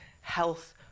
health